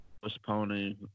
postponing